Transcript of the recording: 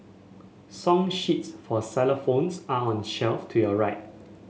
song sheets for xylophones are on the shelf to your right